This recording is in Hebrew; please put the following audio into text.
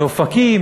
באופקים,